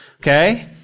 Okay